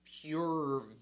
pure